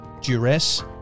duress